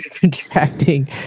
contracting